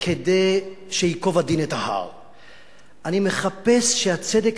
וצדק על-ידי 5 מיליון יהודים, ואדם מחפש את הפשרה.